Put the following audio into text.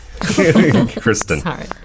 Kristen